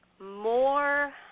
more